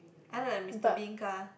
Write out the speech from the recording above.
I like the Mister Bean car